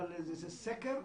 זה סקר,